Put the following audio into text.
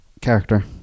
Character